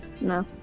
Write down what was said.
No